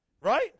Right